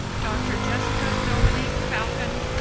dr. jessica dominique falcone.